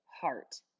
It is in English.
heart